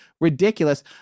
ridiculous